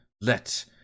let